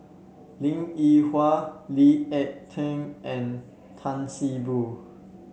Linn In Hua Lee Ek Tieng and Tan See Boo